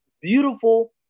beautiful